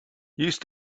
used